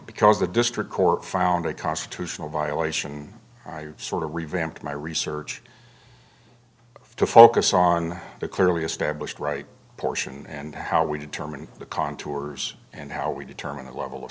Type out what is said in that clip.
because the district court found a constitutional violation i sort of revamped my research to focus on the clearly established right portion and how we determine the contours and how we determine the level of